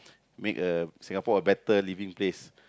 make a Singapore a better living place